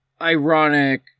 ironic